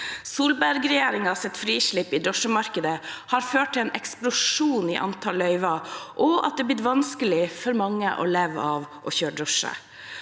Solberg-regjeringens frislipp i drosjemarkedet har ført til en eksplosjon i antall løyver og at det har blitt vanskelig for mange å leve av å kjøre drosje.